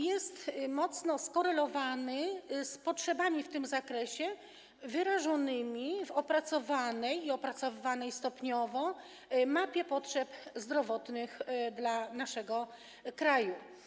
Jest on mocno skorelowany z potrzebami w tym zakresie wyrażonymi w opracowanej, opracowywanej stopniowo mapie potrzeb zdrowotnych naszego kraju.